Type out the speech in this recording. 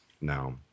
now